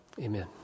Amen